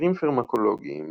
מחקרים פרמקולוגיים